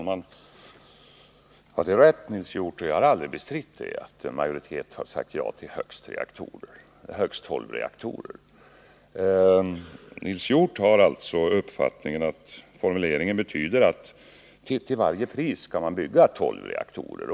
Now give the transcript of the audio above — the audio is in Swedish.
Herr talman! Det är riktigt, Nils Hjorth, och jag har aldrig bestritt att en majoritet har sagt ja till högst tolv reaktorer. Nils Hjorth har alltså den uppfattningen att formuleringen betyder att man till varje pris skall bygga tolv reaktorer.